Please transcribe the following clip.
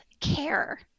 care